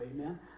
Amen